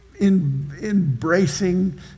embracing